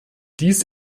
dies